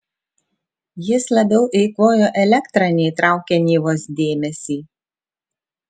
jis labiau eikvojo elektrą nei traukė nivos dėmesį